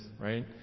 right